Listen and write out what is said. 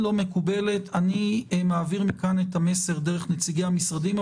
אני מעביר מכאן את המסר דרך נציגי המשרדים,